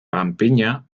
panpina